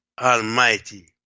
Almighty